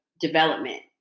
development